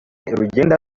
rugenda